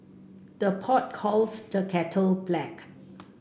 the pot calls the kettle black